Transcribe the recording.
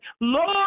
Lord